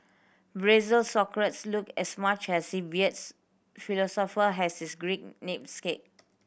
Brazil's Socrates looked as much as philosopher has his Greek name